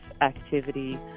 activity